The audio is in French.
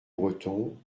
breton